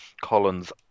Collins